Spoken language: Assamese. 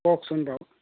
কওকচোন বাৰু